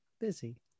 busy